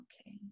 okay